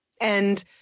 and-